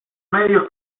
medios